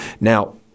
Now